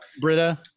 Britta